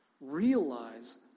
Realize